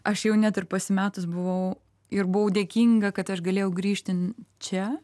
aš jau net ir pasimetus buvau ir buvau dėkinga kad aš galėjau grįžti čia